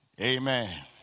Amen